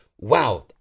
Wow